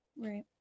Right